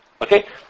Okay